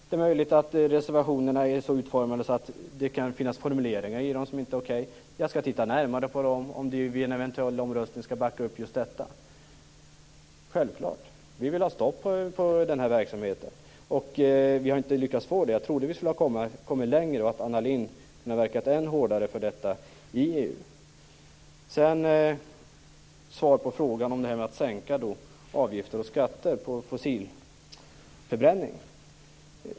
Det är möjligt att reservationerna är så utformade att det kan finnas formuleringar i dem som inte är okej. Jag skall titta närmare på detta för att se om vi vid en eventuell omröstning skall backa upp just detta. Det är självklart. Vi vill ha stopp för den här verksamheten. Vi har inte lyckats få det. Jag trodde att vi skulle ha kunnat komma längre, och att Anna Lindh skulle ha kunnat verka än hårdare för detta i EU. Sedan vill jag svara på frågan om detta med att sänka avgifter och skatter på fossilförbränning.